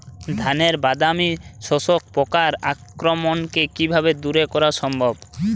ধানের বাদামি শোষক পোকার আক্রমণকে কিভাবে দূরে করা সম্ভব?